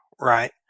right